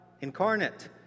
incarnate